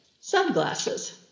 sunglasses